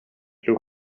blew